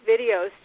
videos